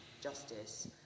justice